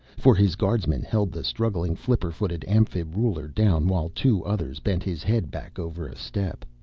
for his guardsmen held the struggling flipper-footed amphib ruler down while two others bent his head back over a step.